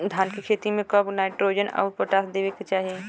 धान के खेती मे कब कब नाइट्रोजन अउर पोटाश देवे के चाही?